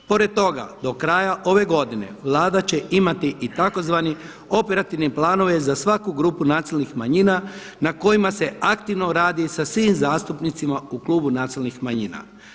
Pored toga do kraja ove godine Vlada će imati i tzv. operativne planove za svaku grupu Nacionalnih manjina na kojima se aktivno radi sa svim zastupnicima u klubu Nacionalnih manjina.